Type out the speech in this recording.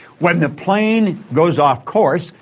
when the plane goes off course,